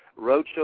Roadshow